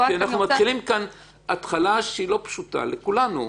אנחנו מתחילים כאן התחלה שהיא לא פשוטה לכולנו,